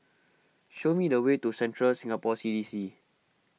show me the way to Central Singapore C D C